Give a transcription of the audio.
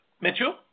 Mitchell